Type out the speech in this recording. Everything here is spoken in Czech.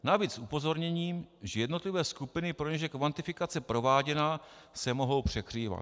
Navíc s upozorněním, že jednotlivé skupiny, pro něž je kvantifikace prováděna, se mohou překrývat.